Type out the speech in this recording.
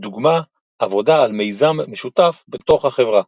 לדוגמה עבודה על מיזם משותף בתוך החברה.